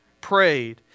Prayed